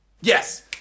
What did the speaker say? Yes